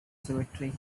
cemetery